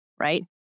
right